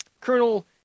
Colonel